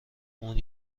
اون